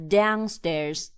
downstairs